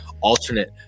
Alternate